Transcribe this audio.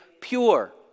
pure